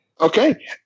Okay